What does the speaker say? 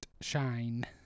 Shine